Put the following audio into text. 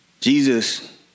Jesus